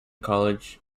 college